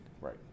Right